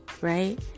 right